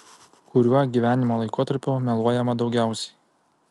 kuriuo gyvenimo laikotarpiu meluojama daugiausiai